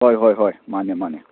ꯍꯣꯏ ꯍꯣꯏ ꯍꯣꯏ ꯃꯥꯟꯅꯦ ꯃꯥꯟꯅꯦ